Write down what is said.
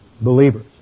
believers